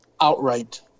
outright